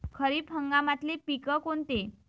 खरीप हंगामातले पिकं कोनते?